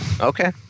Okay